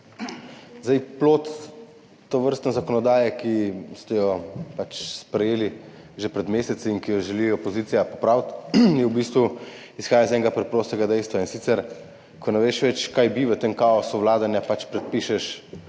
hvala. Plod tovrstne zakonodaje, ki ste jo sprejeli že pred meseci in ki jo želi opozicija popraviti, v bistvu izhaja iz enega preprostega dejstva, in sicer, ko ne veš več, kaj bi v tem kaosu vladanja, predpišeš